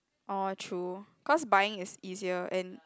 oh true cause buying is easier and